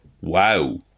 Wow